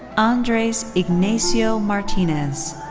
andres ignacio martinez.